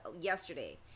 yesterday